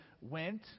went